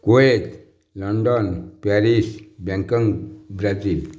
Kuwait London Paris Bangkok Brazil